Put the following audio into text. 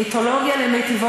מיתולוגיה למיטיבי התקשורת.